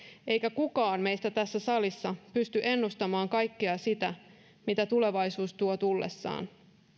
eikä kukaan meistä tässä salissa pysty ennustamaan kaikkea sitä mitä tulevaisuus tuo tullessaan